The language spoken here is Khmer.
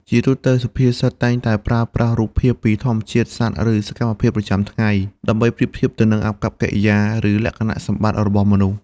ជាទូទៅ សុភាសិតតែងតែប្រើប្រាស់រូបភាពពីធម្មជាតិ សត្វ ឬសកម្មភាពប្រចាំថ្ងៃ ដើម្បីប្រៀបធៀបទៅនឹងអាកប្បកិរិយា ឬលក្ខណៈសម្បត្តិរបស់មនុស្ស។